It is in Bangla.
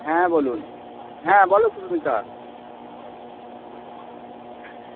হ্যাঁ বলুন হ্যাঁ বলো সুস্মিতা